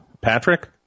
Patrick